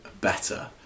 better